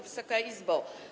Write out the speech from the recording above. Wysoka Izbo!